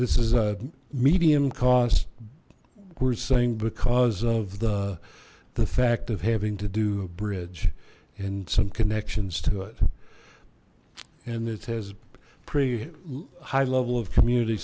this is a medium cost we're saying because of the the fact of having to do a bridge and some connections to it and this has a pretty high level of community